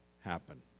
happen